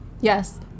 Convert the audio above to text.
Yes